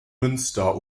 münster